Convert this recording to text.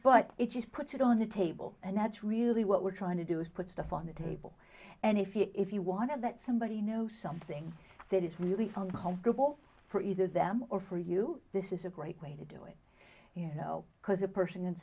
but it just puts it on a table and that's really what we're trying to do is put stuff on the table and if you if you want to that somebody you know something that is really fun comfortable for either them or for you this is a great way to do it you know because a person and